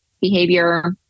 behavior